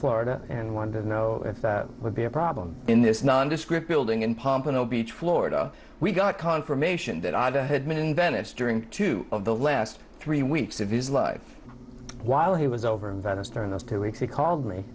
florida and wanted to know if that would be a problem in this nondescript building in pompano beach florida we got confirmation that i had been in venice during two of the last three weeks of his life while he was over in venice during those two weeks he called me